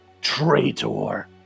traitor